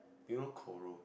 do you know Coro~